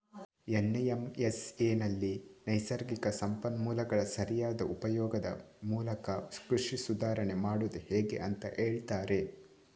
ಎನ್.ಎಂ.ಎಸ್.ಎನಲ್ಲಿ ನೈಸರ್ಗಿಕ ಸಂಪನ್ಮೂಲಗಳ ಸರಿಯಾದ ಉಪಯೋಗದ ಮೂಲಕ ಕೃಷಿ ಸುಧಾರಾಣೆ ಮಾಡುದು ಹೇಗೆ ಅಂತ ಹೇಳ್ತಾರೆ